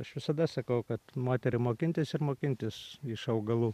aš visada sakau kad moterim mokintis ir mokintis iš augalų